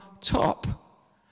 top